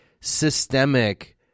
systemic